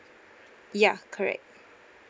ya correct